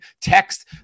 text